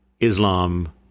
Islam